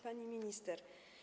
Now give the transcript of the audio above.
Pani Minister!